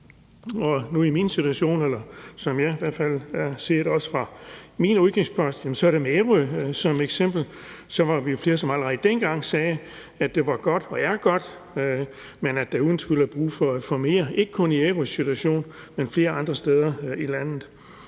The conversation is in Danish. i min situation, eller som jeg i hvert fald også ser det ud fra mine udgiftsposter, er det med Ærø som eksempel, og der var vi flere, som allerede dengang sagde, at det var godt og er godt, men at der uden tvivl er brug for mere, ikke kun i Ærøs situation, men flere andre steder i landet.